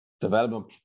development